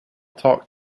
talk